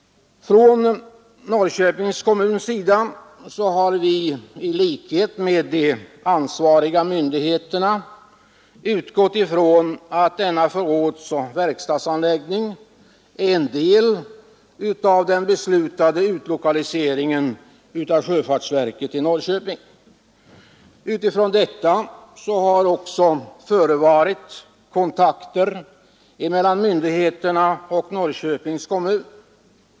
Inom Norrköpings kommun har vi i likhet med de ansvariga myndigheterna utgått ifrån att denna förrådsoch verkstadsanläggning är en del av den beslutade utlokaliseringen av sjöfartsverket till Norrköping. Med utgångspunkt i detta har det också förevarit kontakter mellan myndigheterna och Norrköpings kommun.